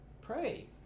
pray